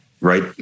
right